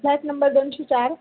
flat number दोनशे चार